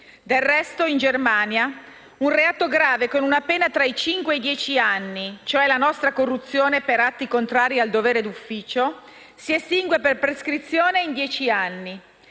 Del resto, in Germania un reato grave, con una pena compresa tra i cinque e i dieci anni (cioè la nostra corruzione per atti contrari al dovere d'ufficio), si estingue per prescrizione in dieci anni.